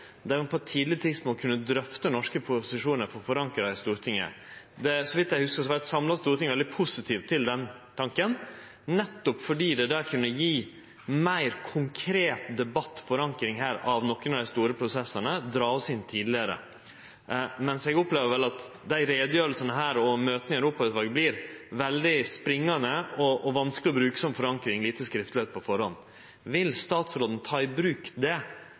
ein på eit tidleg tidspunkt kunne drøfte norske posisjonar for å få dei forankra i Stortinget. Så vidt eg hugsar, var eit samla storting veldig positiv til den tanken, nettopp fordi det kunne gje meir konkret debattforankring her av nokre av dei store prosessane, dra oss inn tidlegare. Men eg opplever at utgreiingane her og møta i Europautvalet vert veldig springande og vanskelege å bruke som forankring – og med lite skriftleg på førehand. Vil statsråden ta i bruk dette på store prosessar der det